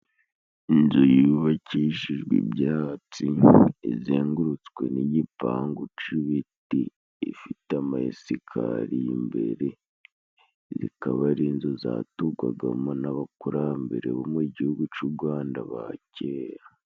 Inzu yubakishijwe ibyatsi , izengurutswe n'igipangu c'ibiti , ifite ama esikariye imbere, zikaba ari inzu zaturwagamo n'abakurambere bo mu gihugu c'Urwanda ba kera.